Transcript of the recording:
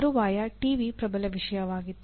ತರುವಾಯ ಟಿವಿ ಪ್ರಬಲ ವಿಷಯವಾಗಿತ್ತು